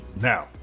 Now